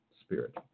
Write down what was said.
spirit